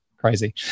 Crazy